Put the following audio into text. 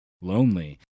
lonely